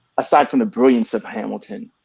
aside from the brilliance of hamilton